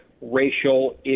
racial